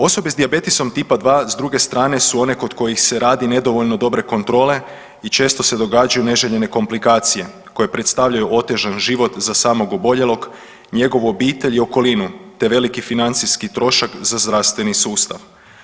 Osobe s dijabetesom Tipa 2 s druge strane su one kod kojih se radi nedovoljno dobre kontrole i često se događaju neželjene komplikacije koje predstavljaju otežan život za samog oboljelog, njegovu obitelj i okolinu te veliki financijski trošak za zdravstveni sustav.